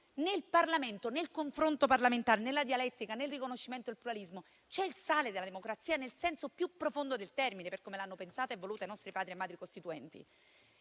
nel Parlamento, nel confronto parlamentare, nella dialettica e nel riconoscimento del pluralismo c'è il sale della democrazia nel senso più profondo del termine, per come l'hanno pensata e voluta i nostri Padri e Madri costituenti.